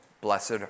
blessed